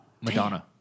Madonna